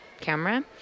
camera